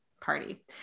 party